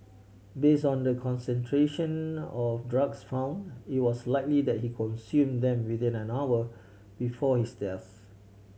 based on the concentration of drugs found it was likely that he consumed them within an hour before his death